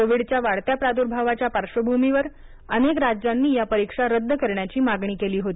कोविडच्या वाढत्या प्रादुर्भावाच्या पार्श्वभूमीवर अनेक राज्यांनी या परीक्षा रद्द करण्याची मागणी केली होती